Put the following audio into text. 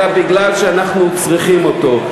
אלא כי אנחנו צריכים אותו.